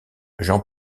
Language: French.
j’en